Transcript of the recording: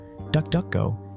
DuckDuckGo